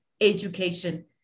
education